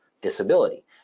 disability